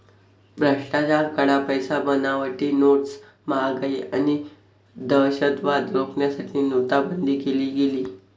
भ्रष्टाचार, काळा पैसा, बनावटी नोट्स, महागाई आणि दहशतवाद रोखण्यासाठी नोटाबंदी केली गेली